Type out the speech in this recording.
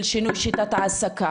של שינוי שיטת העסקה?